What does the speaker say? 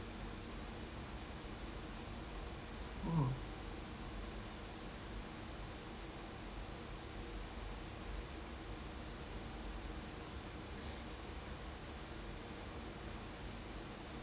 mm